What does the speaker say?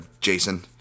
Jason